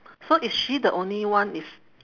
so is she the only one is